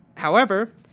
however,